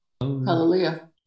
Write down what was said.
hallelujah